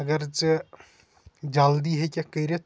اگر ژٕ جلدی ہیٚککھ کٔرِتھ